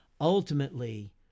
ultimately